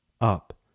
up